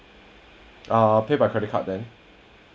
ah pay by credit card then